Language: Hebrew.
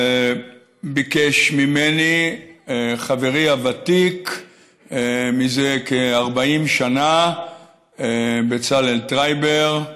ביקש ממני חברי הוותיק זה כ-40 שנה, בצלאל טרייבר.